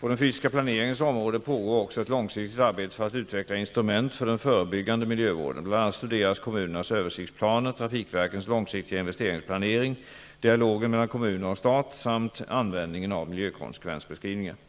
På den fysiska planeringens område pågår också ett långsiktigt arbete för att utveckla instrument för den förebyggande miljövården. Bl.a. studeras kommunernas översiktsplaner, trafikverkens långsiktiga investeringsplanering, dialogen mellan kommuner och stat samt användningen av miljökonsekvensbeskrivningar.